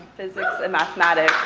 physics, and mathematics.